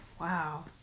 Wow